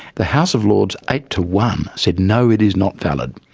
the house of lords, eight to one, said no, it is not valid.